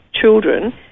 children